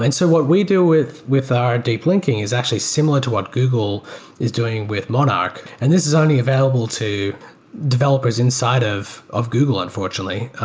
and so what we do with with our deep linking is actually similar to what google is doing with monarch. and this is only available to developers inside of of google, unfortunately.